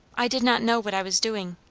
i did not know what i was doing.